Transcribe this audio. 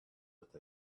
with